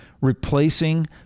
replacing